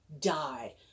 died